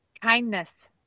Kindness